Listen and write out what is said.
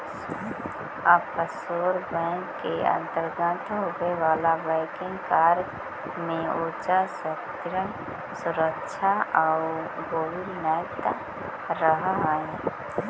offshore bank के अंतर्गत होवे वाला बैंकिंग कार्य में उच्च स्तरीय सुरक्षा आउ गोपनीयता रहऽ हइ